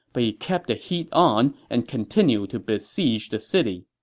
but he kept the heat on and continued to besiege the city.